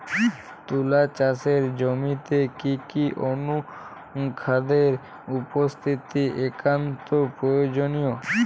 তুলা চাষের জমিতে কি কি অনুখাদ্যের উপস্থিতি একান্ত প্রয়োজনীয়?